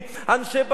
אנשי בת-ים,